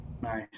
Nice